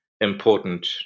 important